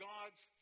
God's